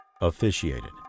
officiated